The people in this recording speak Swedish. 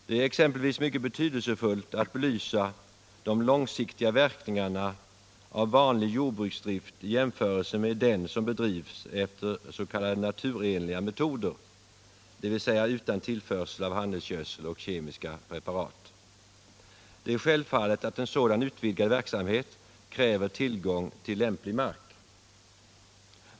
Det är exempelvis mycket betydelsefullt att belysa de långsiktiga verkningarna av vanlig jordbruksdrift i jämförelse med den som bedrivs efter s.k. naturenliga metoder, dvs. utan tillförsel av handelsgödsel och kemiska preparat. Det är självfallet att en sådan utvidgad verksamhet kräver tillgång till lämplig mark.